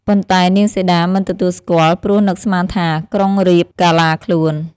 ប៉ុន្តែនាងសីតាមិនទទួលស្គាល់ ព្រោះនឹកស្មានថា ក្រុងរាពណ៍កាឡាខ្លួន។